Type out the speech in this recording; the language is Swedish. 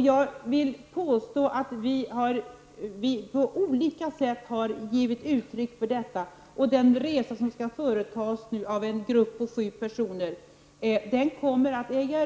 Vi har på olika sätt gett uttryck för denna strävan. Den resa som nu skall företas av en grupp på sju personer kommer att ske